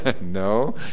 no